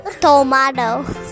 Tomato